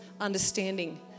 understanding